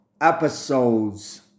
episodes